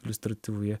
iliustratyvu jie